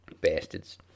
Bastards